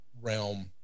realm